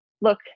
look